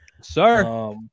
sir